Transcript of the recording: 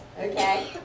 okay